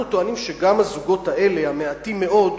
אנחנו טוענים שגם הזוגות האלה, המעטים מאוד,